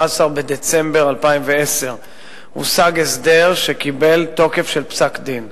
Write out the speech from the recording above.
בדצמבר 2010 הושג הסדר שקיבל תוקף של פסק-דין,